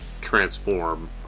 transform